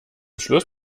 schluss